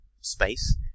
space